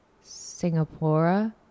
Singapore